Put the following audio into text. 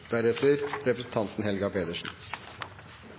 Da er det